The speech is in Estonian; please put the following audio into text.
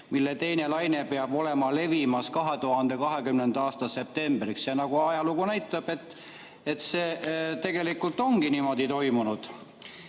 selle teine laine peab olema levimas 2020. aasta septembriks. Ja nagu ajalugu näitab, see tegelikult ongi niimoodi toimunud.